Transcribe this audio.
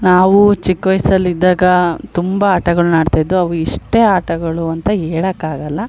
ನಾವು ಚಿಕ್ಕ ವಯಸ್ಸಲ್ಲಿದ್ದಾಗ ತುಂಬ ಆಟಗಳನ್ನು ಆಡ್ತಇದ್ವು ಅವು ಇಷ್ಟೇ ಆಟಗಳು ಅಂತ ಹೇಳೋಕಾಗಲ್ಲ